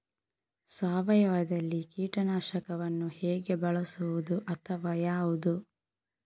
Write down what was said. ಸಾವಯವದಲ್ಲಿ ಕೀಟನಾಶಕವನ್ನು ಹೇಗೆ ಬಳಸುವುದು ಅಥವಾ ಯಾವುದು?